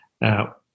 now